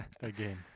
Again